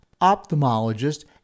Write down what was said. ophthalmologist